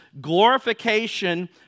glorification